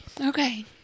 Okay